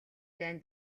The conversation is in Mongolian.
дайн